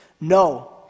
No